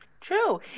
True